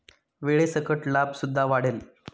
वेळेसकट लाभ सुद्धा वाढेल